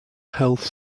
health